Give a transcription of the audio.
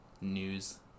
news